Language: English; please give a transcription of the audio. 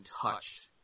touched